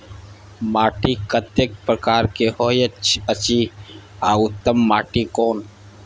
माटी कतेक प्रकार के होयत अछि आ उत्तम माटी कोन?